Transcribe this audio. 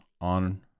on